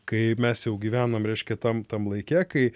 kai mes jau gyvenom reiškia tam tam laike kai